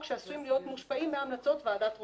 שעשויים להיות מושפעים מהמלצות ועדת רוזן.